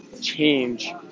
change